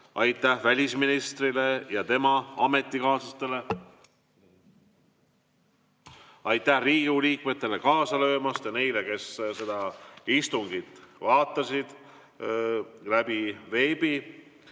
Aitäh välisministrile ja tema ametikaaslastele! Aitäh Riigikogu liikmetele kaasa löömast ja neile, kes seda istungit vaatasid veebi